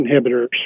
inhibitors